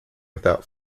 without